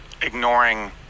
ignoring